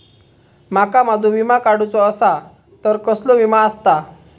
माका माझो विमा काडुचो असा तर कसलो विमा आस्ता?